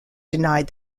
denied